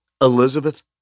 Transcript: Elizabeth